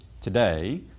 today